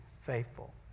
faithful